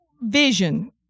vision